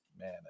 man